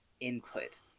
input